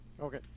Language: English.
Okay